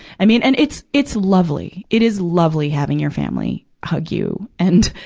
i mean, and it's, it's lovely, it is lovely having your family hug you. and,